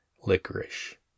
licorice